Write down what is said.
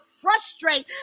frustrate